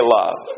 love